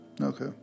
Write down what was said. Okay